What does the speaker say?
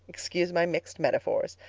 excuse my mixed metaphors.